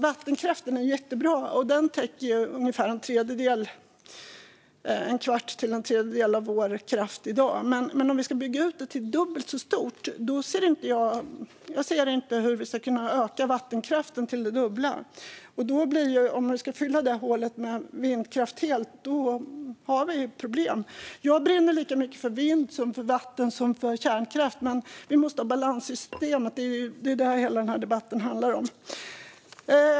Vattenkraften är jättebra, och den täcker mellan en fjärdedel och en tredjedel av vår kraft i dag, men jag ser inte hur vi ska kunna bygga ut vattenkraften till det dubbla. Om vi ska fylla det hålet helt med vindkraft har vi problem. Jag brinner lika mycket för vind som för vatten och kärnkraft, men vi måste ha balans i systemet. Det är det som hela den här debatten handlar om.